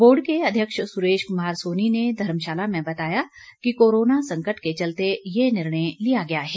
board के अध्यक्ष सुरेश कुमार सोनी ने धर्मशाला में बताया कि कोरोना संकट के चलते ये निर्णय लिया गया है